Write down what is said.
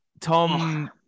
Tom